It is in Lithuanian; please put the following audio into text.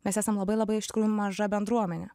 mes esam labai labai iš tikrųjų maža bendruomenė